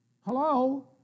Hello